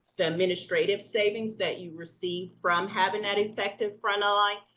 the administrative savings that you receive from having that effective frontline,